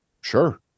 Sure